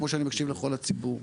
כמו שאני מקשיב לכל הציבור.